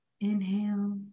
Inhale